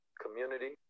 community